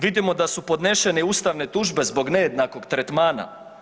Vidimo da su podnešene ustavne tužbe zbog nejednakog tretmana.